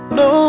no